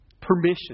permission